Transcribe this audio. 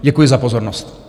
Děkuji za pozornost.